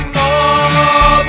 more